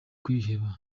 kwiheba